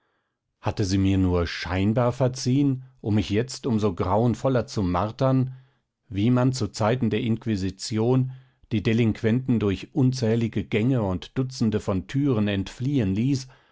hatte sie mir nur scheinbar verziehen um mich jetzt um so grauenvoller zu martern wie man zu zeiten der inquisition die delinquenten durch unzählige gänge und dutzende von türen entfliehen ließ